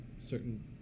certain